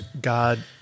God